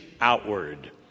outward